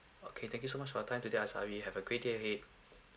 okay thank you so much for your time today azahari have a great day ahead